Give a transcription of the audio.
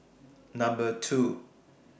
Number two